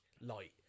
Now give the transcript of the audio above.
light